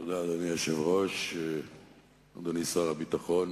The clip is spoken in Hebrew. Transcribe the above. אדוני היושב-ראש, תודה, אדוני שר הביטחון,